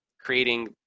creating